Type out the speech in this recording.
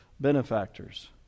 benefactors